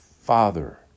Father